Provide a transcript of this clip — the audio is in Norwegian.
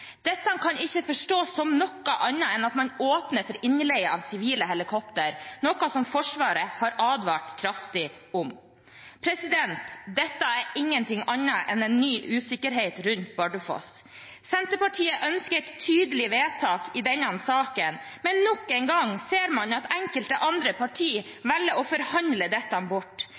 Dette kan ikke forstås som noe annet enn at man åpner for innleie av sivile helikoptre, noe Forsvaret har advart kraftig mot. Dette er ingen ting annet enn en ny usikkerhet rundt Bardufoss. Senterpartiet ønsker et tydelig vedtak i denne saken, men nok en gang ser man at enkelte andre partier velger å forhandle dette bort.